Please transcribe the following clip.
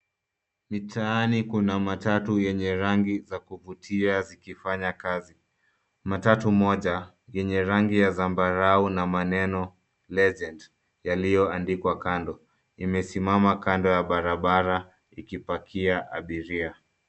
Mitaani kuna matatu yenye rangi za kuvutia zikifanya kazi. Matatu moja yenye rangi ya zambarau na maneno legend yaliyoandikwa kando, imesimama kando ya barabara, ikipakia abiria.